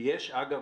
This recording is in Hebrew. אגב,